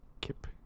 kip